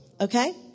Okay